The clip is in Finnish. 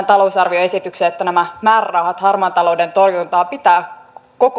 talousarvioesitykseen siitä että nämä määrärahat harmaan talouden torjuntaan pitää